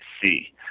see